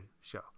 show